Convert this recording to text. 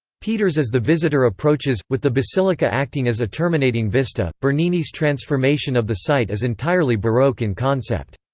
peter's as the visitor approaches, with the basilica acting as a terminating vista bernini's transformation of the site is entirely baroque in concept.